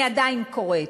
אני עדיין קוראת